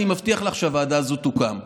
אני מבטיח לך שהוועדה הזו תוקם.